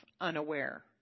unaware